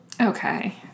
okay